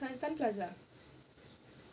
mm su~ sun plaza